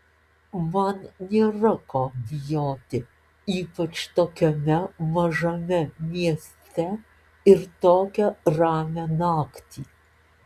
man nėra ko bijoti ypač tokiame mažame mieste ir tokią ramią naktį